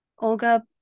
Olga